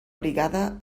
brigada